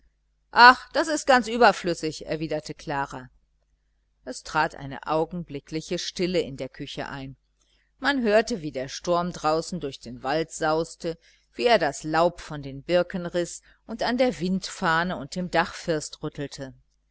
ach das ist ganz überflüssig erwiderte klara es trat eine augenblickliche stille in der küche ein man hörte wie der sturm draußen durch den wald sauste wie er das laub von den birken riß und an der windfahne und dem dachfirst rüttelte